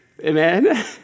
Amen